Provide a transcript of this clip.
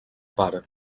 pare